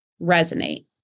resonate